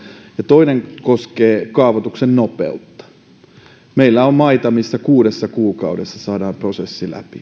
toinen koskee kaavoituksen nopeutta on maita missä kuudessa kuukaudessa saadaan prosessi läpi